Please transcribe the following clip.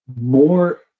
more